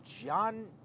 John